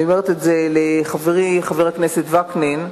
אני אומרת זאת לחברי חבר הכנסת וקנין.